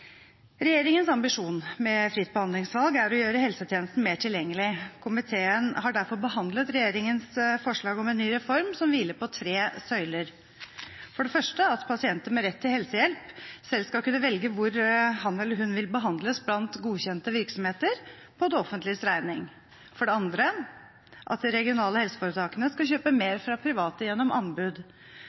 Regjeringens ambisjon med fritt behandlingsvalg er å gjøre helsetjenesten mer tilgjengelig. Komiteen har derfor behandlet regjeringens forslag om en ny reform, som hviler på tre søyler: for det første at pasienter med rett til helsehjelp selv skal kunne velge hvor han eller hun vil behandles blant godkjente virksomheter for det offentliges regning, for det andre at de regionale helseforetakene skal kjøpe mer fra private gjennom anbud,